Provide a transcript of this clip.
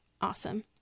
awesome